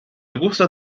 gusta